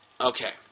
Okay